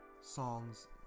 songs